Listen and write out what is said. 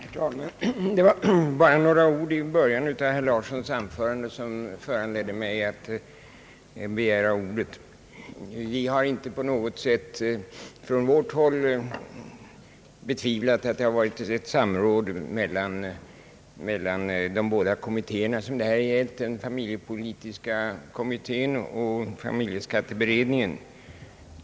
Herr talman! Det var bara några ord i början av herr Lars Larssons anförande som föranledde mig att begära ordet. Vi har på vårt håll inte på något sätt betvivlat att det förekommit samråd mellan familjepolitiska kommittén och familjeskatteberedningen.